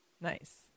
Nice